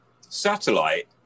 satellite